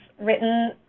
written